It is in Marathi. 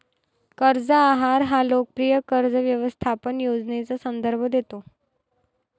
कर्ज आहार हा लोकप्रिय कर्ज व्यवस्थापन योजनेचा संदर्भ देतो